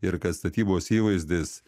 ir kad statybos įvaizdis